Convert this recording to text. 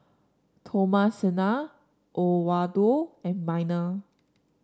Thomasina Oswaldo and Minor